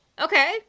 Okay